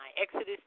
Exodus